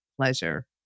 pleasure